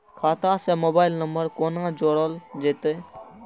खाता से mobile number कोना जोरल जेते?